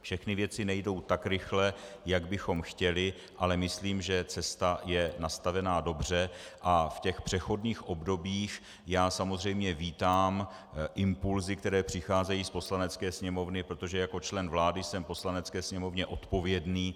Všechny věci nejdou tak rychle, jak bychom chtěli, ale myslím, že cesta je nastavena dobře, a v těch přechodných obdobích samozřejmě vítám impulsy, které přicházejí z Poslanecké sněmovny, protože jako člen vlády jsem Poslanecké sněmovně odpovědný.